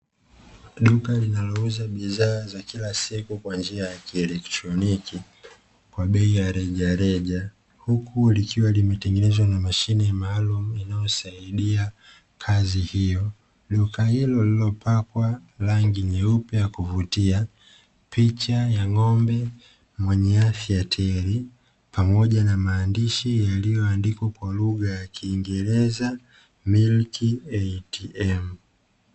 Duka linalouza bidhaa za kila siku kwa njia ya kielektroniki kwa bei ya rejareja, huku likiwa limetengenezwa na mashine maalumu inayosaidia kazi hiyo. Duka hilo lililopakwa rangi nyeupe ya kuvutia, picha ya ng'ombe mwenye afya tayari, pamoja na maandishi yaliyoandikwa kwa lugha ya kiingereza "MILK ATM".